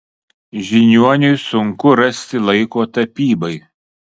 žiniuoniui sunku rasti laiko tapybai